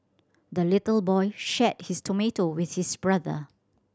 the little boy shared his tomato with his brother